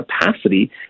capacity